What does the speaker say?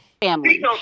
family